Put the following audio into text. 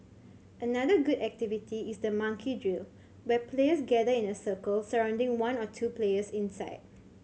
another good activity is the monkey drill where players gather in a circle surrounding one or two players inside